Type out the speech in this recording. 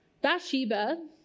Bathsheba